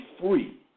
free